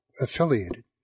affiliated